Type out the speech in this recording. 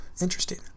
interesting